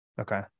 okay